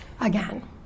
again